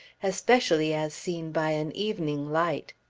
especially as seen by an evening light.